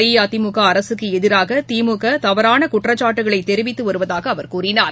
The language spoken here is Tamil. அஇதிமுகஅரசுக்குஎதிராக திமுகதவறானகுற்றச்சாட்டுக்களைத் தெரிவித்துவருவதாகஅவர் கூறினார்